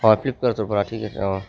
অ ফ্লিপকাৰ্টৰ পৰা ঠিক আছে অ